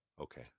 Okay